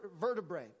vertebrae